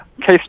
Case